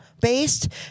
based